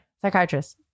psychiatrist